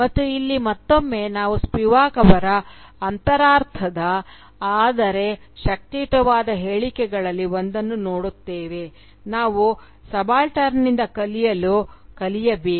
ಮತ್ತು ಇಲ್ಲಿ ಮತ್ತೊಮ್ಮೆ ನಾವು ಸ್ಪಿವಾಕ್ ಅವರ ಅಂತರಾರ್ಥದ ಆದರೆ ಶಕ್ತಿಯುತವಾದ ಹೇಳಿಕೆಗಳಲ್ಲಿ ಒಂದನ್ನು ನೋಡುತ್ತೇವೆ ನಾವು ಸಬಾಲ್ಟರ್ನ್ನಿಂದ ಕಲಿಯಲು ಕಲಿಯಬೇಕು